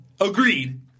Agreed